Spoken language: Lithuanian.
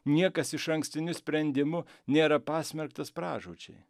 niekas išankstiniu sprendimu nėra pasmerktas pražūčiai